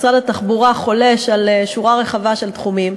משרד התחבורה חולש על שורה רחבה של תחומים.